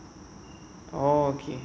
oh okay